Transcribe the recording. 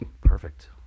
perfect